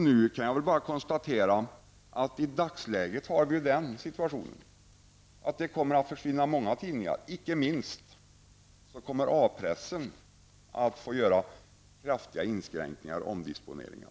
Jag kan nu bara konstatera att situationen i dagsläget är att många tidningar kommer att försvinna, inte minst kommer A-pressen att få göra kraftiga inskränkningar och omdisponeringar.